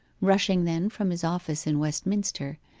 rushing then from his office in westminster,